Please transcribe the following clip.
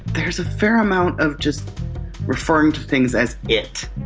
there's a fair amount of just referring to things as! it.